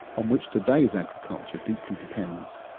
on which today's agriculture deeply depends.